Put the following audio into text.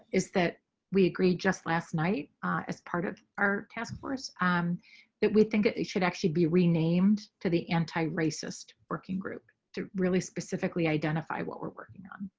is that we agreed just last night as part of our task force um that we think it should actually be renamed to the anti racist working group to really specifically identify what we're working on.